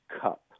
cup